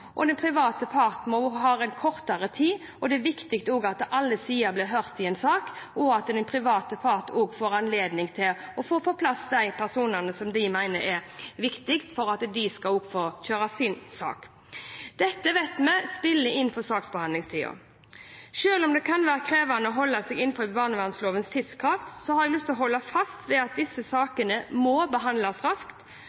og den private part har en kortere tid. Det er også viktig at alle sider i en sak blir hørt, og at den private part får anledning til å få på plass de personene de mener er viktig for at de skal få kjøre sin sak. Dette vet vi spiller inn med hensyn til saksbehandlingstida. Selv om det kan være krevende å holde seg innenfor barnevernlovens tidskrav, vil jeg holde fast ved at disse